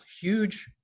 huge